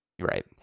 Right